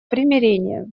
примирения